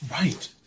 Right